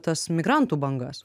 tas migrantų bangas